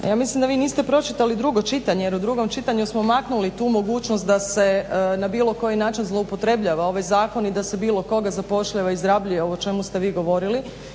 Ja mislim da vi niste pročitali drugo čitanje jer u drugom čitanju smo maknuli tu mogućnost da se na bilo koji način zloupotrebljava ovaj zakon i da se bilo koga zapošljava i izrabljuje, o čemu ste vi govorili.